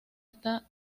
está